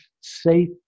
safe